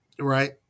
Right